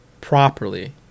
properly